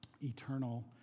eternal